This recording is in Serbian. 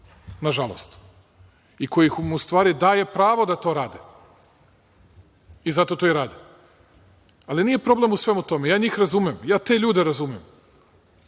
Nažalost. I koji ih u stvari daje pravo da to rade i zato to i rade. Ali, nije problem u svemu tome. Ja njih razumem. Ja te ljude razumem.